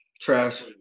Trash